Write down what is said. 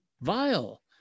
vile